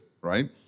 right